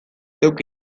zeuk